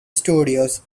studios